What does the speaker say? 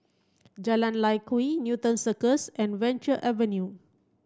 Jalan Lye Kwee Newton Cirus and Venture Avenue